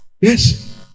Yes